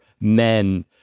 men